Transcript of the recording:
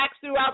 throughout